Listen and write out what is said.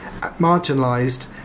marginalised